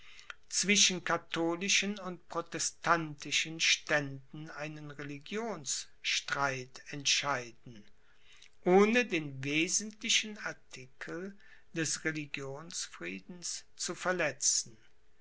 zwischen katholischen und protestantischen ständen einen religionsstreit entscheiden ohne den wesentlichen artikel des religionsfriedens zu verletzen